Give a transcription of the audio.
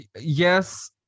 yes